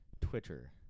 Twitter